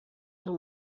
and